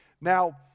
Now